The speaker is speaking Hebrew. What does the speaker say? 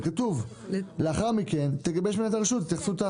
כתוב שלאחר מכן תגבש מליאת הרשות התייחסותה.